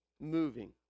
moving